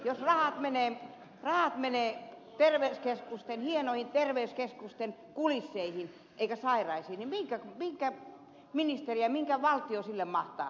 jos rahat menevät hienoihin terveyskeskusten kulisseihin eikä sairaisiin niin minkä ministeri ja minkä valtio sille mahtaa